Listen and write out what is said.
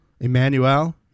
Emmanuel